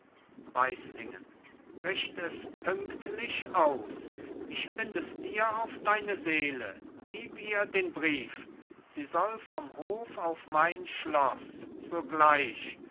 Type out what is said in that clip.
weislingen richt es pünktlich aus ich bind es dir auf deine seele gib ihr den brief sie soll vom hof auf mein schloß sogleich